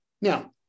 Now